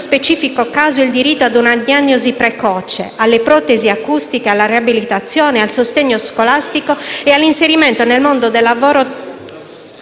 specifico caso, il diritto a una diagnosi precoce, alle protesi acustiche, alla riabilitazione, al sostegno scolastico e all'inserimento nel mondo del lavoro